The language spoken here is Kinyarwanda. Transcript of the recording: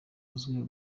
azwiho